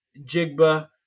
Jigba